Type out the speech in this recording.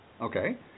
Okay